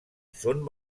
són